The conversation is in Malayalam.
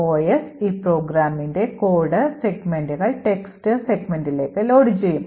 OS ഈ പ്രോഗ്രാമിന്റെ കോഡ് സെഗ്മെന്റുകൾ text സെഗ്മെന്റിലേക്ക് ലോഡുചെയ്യും